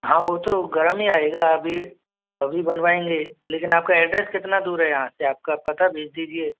हाँ वो तो गर्म ही आएगा अभी अभी बनवाएँगे लेकिन आपका एड्रेस कितना दूर है यहाँ से आपका पता भेज दीजिए